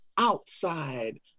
outside